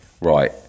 Right